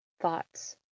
thoughts